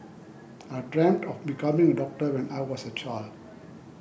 I dreamt of becoming a doctor when I was a child